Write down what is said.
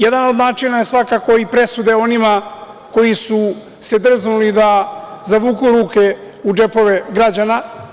Jedan od načina je svakako i presude onima koji su se drznuli da zavuku ruke u džepove građana.